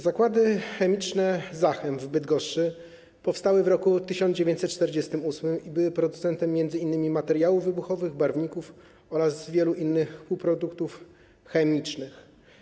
Zakłady Chemiczne Zachem w Bydgoszczy powstały w roku 1948 i były producentem m.in. materiałów wybuchowych, barwników oraz wielu innych półproduktów chemicznych.